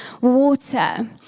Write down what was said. water